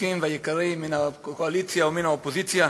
המתוקים והיקרים מן הקואליציה ומן האופוזיציה,